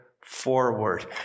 forward